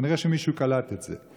כנראה שמישהו קלט את זה.